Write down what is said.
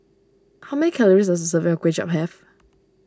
how many calories does a serving of Kway Chap have